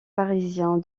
parisien